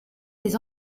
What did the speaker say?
des